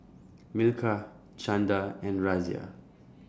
Milkha Chanda and Razia